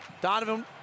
Donovan